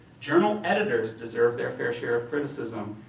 journal editors deserve their fair share of criticism.